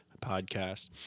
podcast